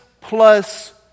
plus